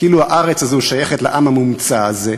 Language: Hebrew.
כאילו הארץ הזאת שייכת לעם המומצא הזה,